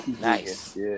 nice